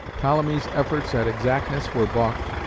ptolemy's efforts at exactness were baulked,